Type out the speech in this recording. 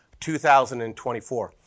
2024